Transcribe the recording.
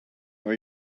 are